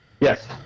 Yes